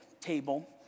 table